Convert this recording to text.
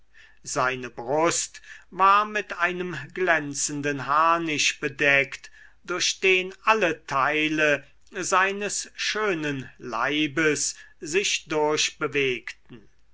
seine brust war mit einem glänzenden harnisch bedeckt durch den alle teile seines schönen leibes sich durchbewegten